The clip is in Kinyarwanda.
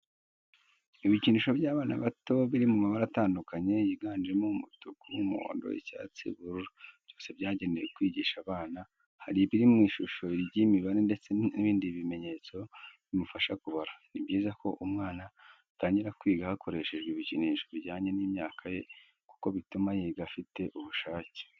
Ibikinisho by'abana bato biri mu mabara atandukanye yiganjemo umutuku, umuhondo, icyatsi, ubururu, byose byagenewe kwigisha abana, hari ibiri mu ishusho y'imibare ndetse n'ibindi bimenyetso bimufasha kubara. Ni byiza ko umwana atangira kwiga hakoreshejwe ibikinisho bijyanye n'imyaka ye kuko bituma yiga afite ubushake